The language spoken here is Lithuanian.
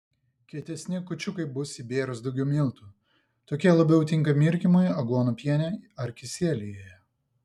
kietesni kūčiukai bus įbėrus daugiau miltų tokie labiau tinka mirkymui aguonų piene ar kisieliuje